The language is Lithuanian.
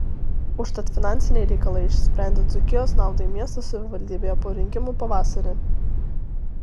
užtat finansiniai reikalai išsprendė dzūkijos naudai miesto savivaldybėje po rinkimų pavasarį